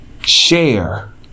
share